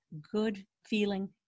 good-feeling